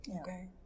Okay